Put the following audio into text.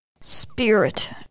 Spirit